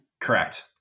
Correct